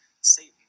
Satan